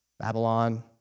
Babylon